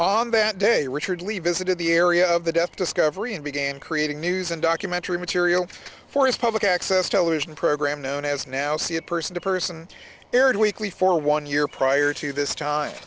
on that day richard lee visited the area of the death discovery and began creating news and documentary material for his public access television program known as now see it person to person aired weekly for one year prior to this time